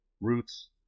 Roots